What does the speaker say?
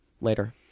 later